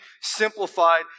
simplified